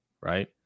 right